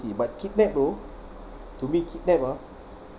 but kidnap bro to me kidnap ah